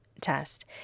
test